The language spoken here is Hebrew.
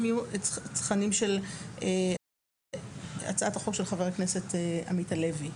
יהיו תכנים של הצעת החוק של חבר הכנסת עמית הלוי,